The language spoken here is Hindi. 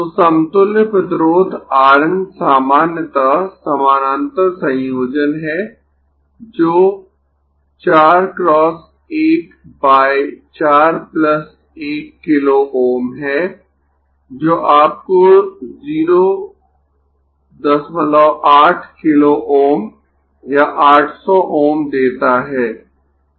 तो समतुल्य प्रतिरोध R N सामान्यतः समानांतर संयोजन है जो 4 × 1 बाय 4 1 किलो Ω है जो आपको 08 किलो Ω या 800 Ω देता है